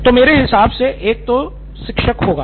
तो मेरे हिसाब से एक तो शिक्षक होगा